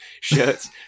shirts